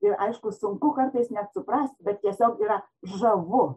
ir aišku sunku kartais net suprasti bet tiesiog yra žavu